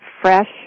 fresh